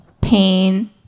pain